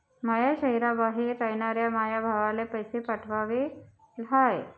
माया शैहराबाहेर रायनाऱ्या माया भावाला पैसे पाठवाचे हाय